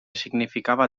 significava